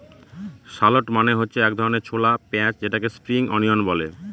shallot মানে হচ্ছে এক ধরনের ছোলা পেঁয়াজ যেটাকে স্প্রিং অনিয়ন বলে